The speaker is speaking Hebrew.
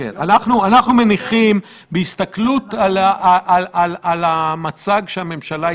כי הסתכלתי על ציר הזמן.